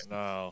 no